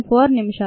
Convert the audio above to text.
4 నిమిషాలు